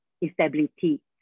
instability